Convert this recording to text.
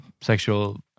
sexual